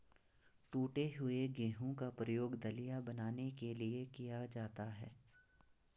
टूटे हुए गेहूं का प्रयोग दलिया बनाने के लिए किया जाता है